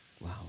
Wow